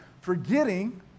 Forgetting